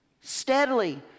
Steadily